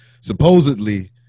supposedly